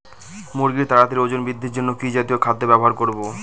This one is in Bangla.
মুরগীর তাড়াতাড়ি ওজন বৃদ্ধির জন্য কি জাতীয় খাদ্য ব্যবহার করব?